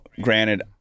granted